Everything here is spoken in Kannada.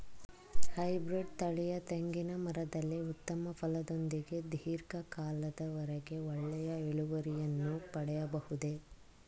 ಹೈಬ್ರೀಡ್ ತಳಿಯ ತೆಂಗಿನ ಮರದಲ್ಲಿ ಉತ್ತಮ ಫಲದೊಂದಿಗೆ ಧೀರ್ಘ ಕಾಲದ ವರೆಗೆ ಒಳ್ಳೆಯ ಇಳುವರಿಯನ್ನು ಪಡೆಯಬಹುದೇ?